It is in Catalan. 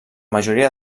majoria